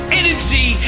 energy